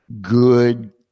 good